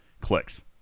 clicks